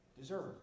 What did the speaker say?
deserve